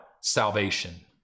salvation